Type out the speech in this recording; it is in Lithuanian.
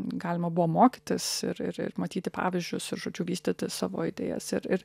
galima buvo mokytis ir ir ir matyti pavyzdžius ir žodžiu vystyti savo idėjas ir ir